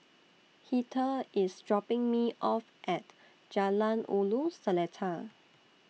Heather IS dropping Me off At Jalan Ulu Seletar